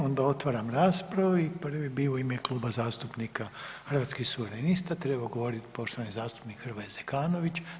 Onda otvaram raspravu i prvi bi u ime Kluba zastupnika Hrvatskih suverenista trebao govoriti poštovani zastupnik Hrvoje Zekanović.